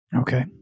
Okay